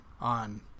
on